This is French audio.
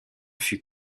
fut